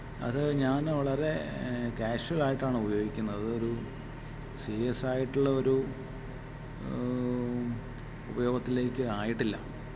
അത് ഞാൻ വളരെ കാഷ്വൽ ആയിട്ടാണ് ഉപയോഗിക്കുന്നത് അതൊരു സീര്യസ് ആയിട്ടുള്ള ഒരു ഉപയോഗത്തിലേക്ക് ആയിട്ടില്ല